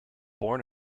born